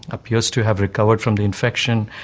appears to have recovered from the infection,